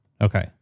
Okay